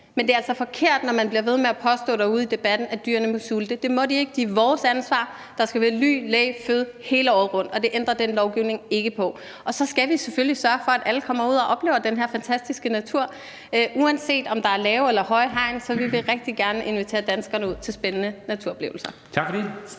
Men det er altså forkert, når man bliver ved med at påstå derude i debatten, at dyrene må sulte. Det må de ikke. De er vores ansvar – der skal være ly, læ, føde hele året rundt, og det ændrer den lovgivning ikke på. Og så skal vi selvfølgelig sørge for, at alle kommer ud og oplever den her fantastiske natur. Uanset om der er lave eller høje hegn, vil vi rigtig gerne invitere danskerne ud til spændende naturoplevelser.